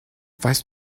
weißt